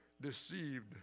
deceived